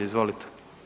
Izvolite.